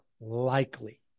likely